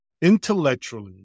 Intellectually